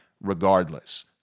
regardless